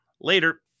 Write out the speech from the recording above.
Later